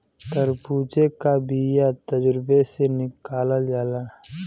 तरबूजे का बिआ तर्बूजे से निकालल जाला